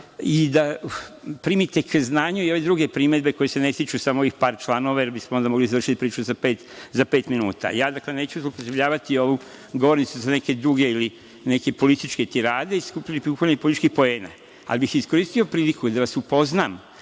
i da primite k znanju i ove druge primedbe koje se ne tiču samo ovih par članova, jer bismo onda mogli završiti priču za pet minuta. Ja neću zloupotrebljavati ovu govornicu za neke duge ili političke tirade i skupljanje političkih poena, ali bih iskoristio priliku da vas upoznam